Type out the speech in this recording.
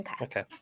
Okay